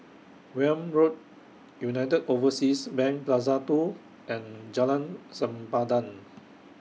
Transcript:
Welm Road United Overseas Bank Plaza two and Jalan Sempadan